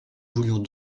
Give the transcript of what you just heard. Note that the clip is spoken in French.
voulions